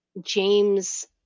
James